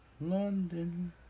London